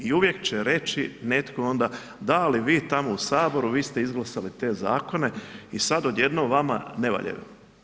I uvijek će reći netko onda – da ali vi tamo u Saboru vi ste izglasale te zakone i sada odjednom vama ne valjaju.